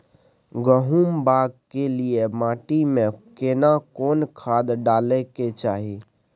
गहुम बाग के लिये माटी मे केना कोन खाद डालै के चाही?